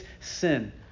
sin